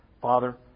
Father